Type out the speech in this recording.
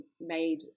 made